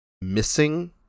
missing